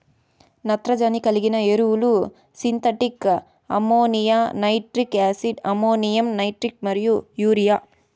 నత్రజని కలిగిన ఎరువులు synthetic ammonia, nitric acid, ammonium nitrate మరియు యూరియా